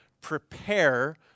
prepare